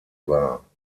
war